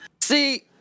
See